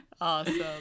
Awesome